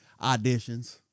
auditions